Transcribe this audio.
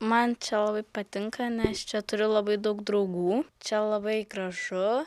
man čia labai patinka nes čia turiu labai daug draugų čia labai gražu